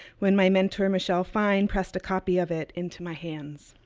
when my mentor michelle fine pressed a copy of it into my hands.